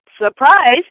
surprise